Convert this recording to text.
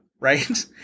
right